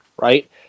right